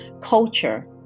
culture